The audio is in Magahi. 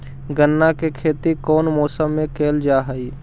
गन्ना के खेती कोउन मौसम मे करल जा हई?